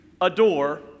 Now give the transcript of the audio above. adore